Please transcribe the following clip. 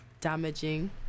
damaging